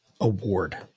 award